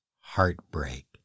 heartbreak